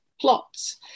plots